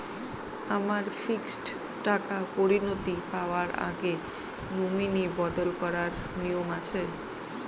আমার ফিক্সড টাকা পরিনতি পাওয়ার আগে নমিনি বদল করার নিয়ম আছে?